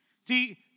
See